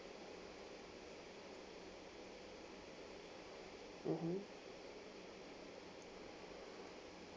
mmhmm